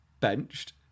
Benched